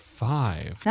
five